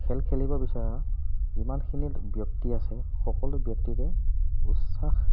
খেল খেলিব বিচৰা যিমানখিনি ব্যক্তি আছে সকলো ব্যক্তিকে